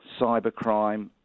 cybercrime